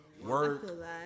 work